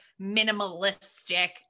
minimalistic